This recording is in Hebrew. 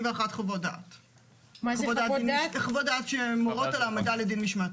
חוות דעת שמורות על העמדה לדין משמעתי.